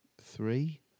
three